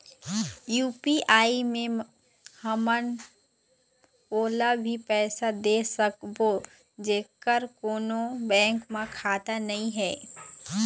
UPI मे हमन ओला भी पैसा दे सकबो जेकर कोन्हो बैंक म खाता नई हे?